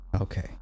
okay